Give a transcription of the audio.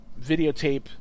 videotape